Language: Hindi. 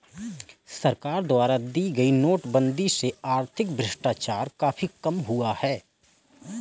सरकार द्वारा की गई नोटबंदी से आर्थिक भ्रष्टाचार काफी कम हुआ है